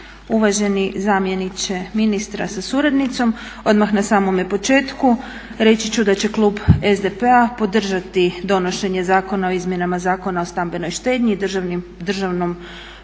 Uvaženi zamjeniče ministra sa suradnicom. Odmah na samome početku reći ću da će klub SDP-a podržati donošenje Zakona o izmjenama Zakona o stambenoj štednji i državnom poticanju